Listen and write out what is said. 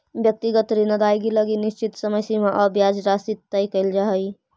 व्यक्तिगत ऋण अदाएगी लगी निश्चित समय सीमा आउ ब्याज राशि तय कैल जा हइ